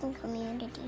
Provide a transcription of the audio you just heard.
Community